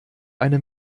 eine